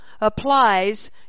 applies